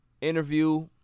interview